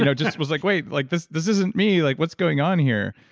you know just was like, wait, like this this isn't me, like what's going on here?